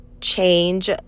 change